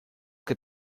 que